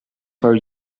for